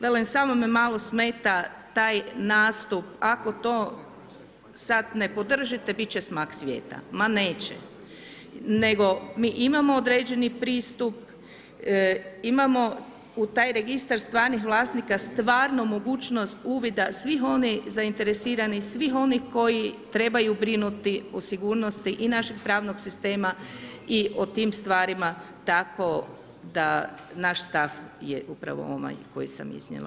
Velim, samo me malo smeta taj nastup ako to sada ne podržite biti će smak svijeta, ma neće, nego mi imamo određeni pristup, imamo u taj Registar stvarnih vlasnika stvarnu mogućnost uvida svih onih zainteresiranih, svih onih koji trebaju brinuti o sigurnosti i našeg pravnog sistema i o tim stvarima tako da naš stav je upravo ovaj koji sam iznijela.